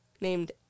named